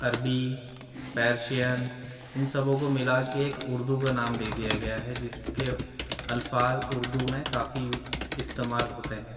عربی پیرشین ان سبوں کو ملا کے ایک اردو کا نام دے دیا گیا ہے جس کے الفاظ اردو میں کافی استعمال ہوتے ہیں